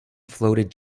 floated